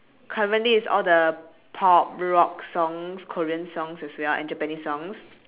currently it's all the pop rock songs korean songs as well and japanese songs